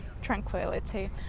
tranquility